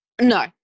No